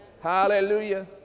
hallelujah